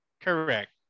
correct